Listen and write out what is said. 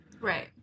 right